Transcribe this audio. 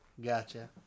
Gotcha